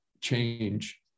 change